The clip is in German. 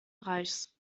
reichs